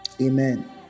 Amen